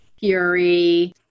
fury